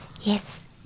Yes